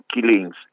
killings